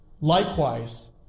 Likewise